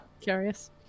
Curious